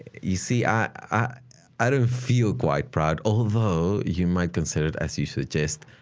you see, i i don't feel quite proud although you might consider as you suggest,